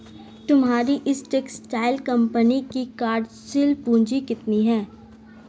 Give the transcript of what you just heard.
तुम्हारी इस textile company की कार्यशील पूंजी कितनी है?